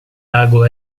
lago